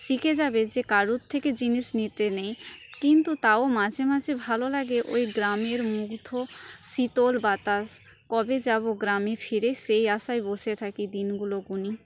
শিখে যাবে যে কারুর থেকে জিনিস নিতে নেই কিন্তু তাও মাঝেমাঝে ভালো লাগে ওই গ্রামের মুগ্ধ শীতল বাতাস কবে যাব গ্রামে ফিরে সেই আশায় বসে থাকি দিনগুলো গুনি